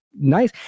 nice